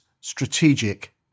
strategic